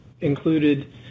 included